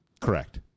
Correct